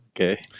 okay